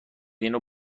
اینو